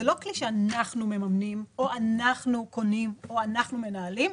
לא כלי שאנחנו מממנים או אנחנו קונים או אנחנו מנהלים,